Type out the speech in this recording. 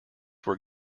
were